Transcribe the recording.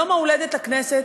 יום ההולדת לכנסת,